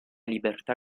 libertà